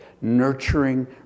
Nurturing